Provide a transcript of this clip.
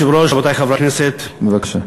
אדוני היושב-ראש, רבותי חברי הכנסת, בבקשה.